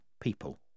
people